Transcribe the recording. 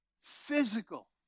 Physical